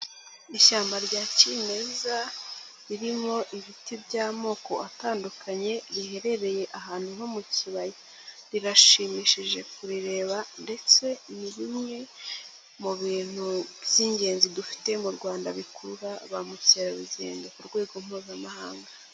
Ishyamba rya kimeza, ririmo ibiti by'amoko atandukanye, riherereye ahantu nko mu kibaya. Rirashimishije kurireba ndetse ni rimwe mu bintu by'ingenzi dufite mu Rwanda bikurura ba mukerarugendo ku rwego mpuzamahanga.